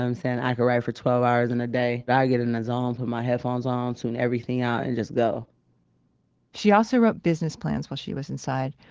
i'm saying? i could write for twelve hours in a day. i get in the zone, put my headphones on, tune everything out and just go she also wrote business plans while she was inside.